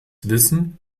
wissen